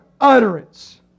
utterance